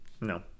No